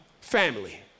Family